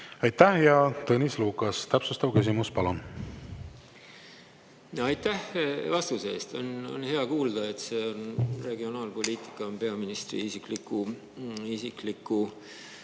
Aitäh! Tõnis Lukas, täpsustav küsimus, palun! Aitäh vastuse eest! On hea kuulda, et regionaalpoliitika on peaministri isikliku jälgimise